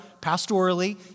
pastorally